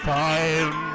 time